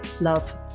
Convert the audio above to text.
love